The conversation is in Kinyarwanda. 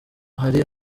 hari